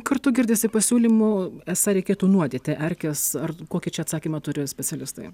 kartu girdisi pasiūlymų esą reikėtų nuodyti erkes ar kokį čia atsakymą turi specialistai